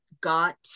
got